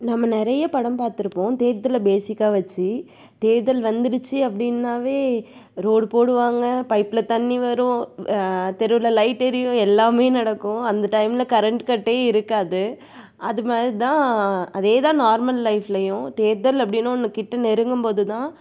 நம்ம நிறைய படம் பார்த்துருப்போம் தேர்தலை பேஸிக்காக வச்சு தேர்தல் வந்துடுச்சு அப்படின்னாவே ரோடு போடுவாங்க பைப்பில் தண்ணி வரும் தெருவில் லைட் எரியும் எல்லாமே நடக்கும் அந்த டைமில் கரண்ட் கட்டே இருக்காது அது மாதிரிதான் அதேதான் நார்மல் லைஃப்லேயும் தேர்தல் அப்படின்னு ஒன்று கிட்ட நெருங்கும் போதுதான்